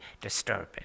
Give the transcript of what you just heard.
disturbing